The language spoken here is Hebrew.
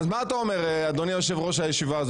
אז מה אתה אומר אדוני יושב ראש הישיבה?